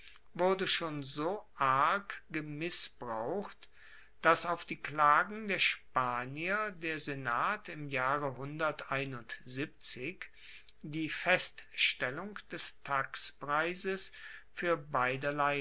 wurde schon so arg gemissbraucht dass auf die klagen der spanier der senat im jahre die feststellung des taxpreises fuer beiderlei